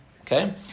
Okay